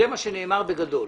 זה מה שנאמר בגדול.